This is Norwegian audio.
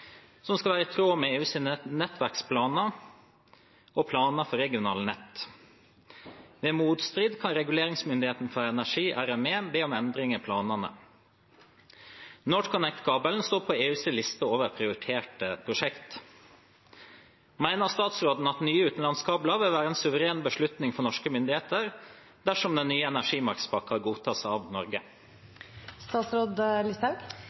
som skal være i tråd med EUs nettverksplaner og planer for regionale nett. Ved motstrid kan Reguleringsmyndigheten for energi, RME, be om endring i planene. NorthConnect-kabelen står på EUs liste over prioriterte prosjekt. Mener statsråden at nye utenlandskabler vil være en suveren beslutning for norske myndigheter dersom den nye energimarkedspakken godtas av